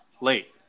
Late